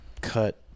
cut